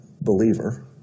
believer